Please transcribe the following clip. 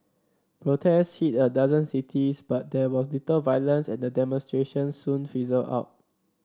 protest hit a dozen cities but there was little violence and the demonstrations soon fizzled out